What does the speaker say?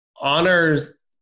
honors